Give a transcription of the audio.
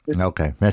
Okay